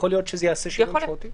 זה יעשה שינוי משמעותי?